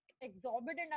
exorbitant